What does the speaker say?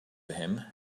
him